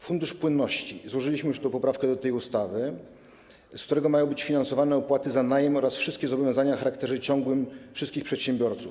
Fundusz płynności - złożyliśmy już tę poprawkę do tej ustawy - z którego mają być finansowane opłaty za najem oraz wszystkie zobowiązania o charakterze ciągłym wszystkich przedsiębiorców.